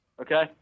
okay